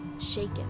shaken